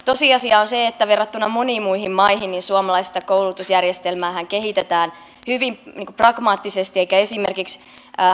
tosiasiahan on se että verrattuna moniin muihin maihin suomalaista koulutusjärjestelmää kehitetään hyvin pragmaattisesti eivätkä esimerkiksi